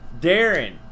Darren